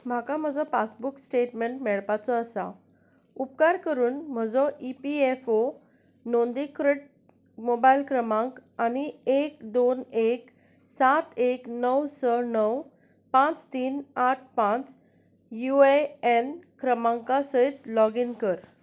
म्हाका म्हजो passbook statement मेळपाचो आसा उपकार करून म्हजो इ पी एफ ओ नोंदीकृट मोबायल क्रमांक आनी एक दोन एक सात एक णव स मव पांच तीन आठ पांच यु ए एन क्रमांका सयत लॉगीन कर